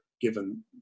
given